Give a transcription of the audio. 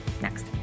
Next